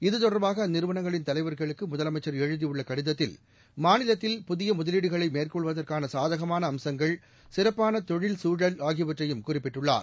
இது தொடர்பாக அந்நிறுவனங்களின் தலைவர்களுக்கு முதலமைச்சர் எழுதியுள்ள கடிதத்தில் மாநிலத்தில் புதிய முதலீடுகளை மேற்கொள்வதற்கான சாதகமான அம்சங்கள் சிறப்பான தொழில் சூழல் ஆகியவற்றையும் குறிப்பிட்டுள்ளார்